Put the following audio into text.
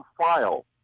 file